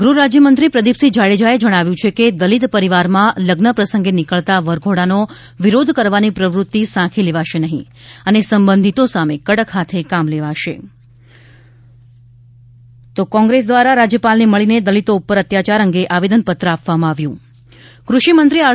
ગૃહરાજ્યમંત્રી પ્રદિપસિંહ જાડેજાએ જણાવ્યું છે કે દલિત પરિવારમાં લગ્ન પ્રસંગે નીકળતા વરઘોડાનો વિરોધ કરવાની પ્રવૃત્તિ સાંખી લેવાશે નહીં અને સંબંધિતો સામે કડક હાથ કામ લેવાશે કોંગ્રેસ દ્વારા રાજ્યપાલને મળીને દલિતો પર અત્યાચાર અંગે આવેદનપત્ર આપવામાં આવ્યું કૃષિ મંત્રી આર